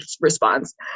response